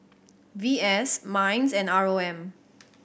V S MINDS and R O M